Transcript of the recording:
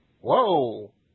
Whoa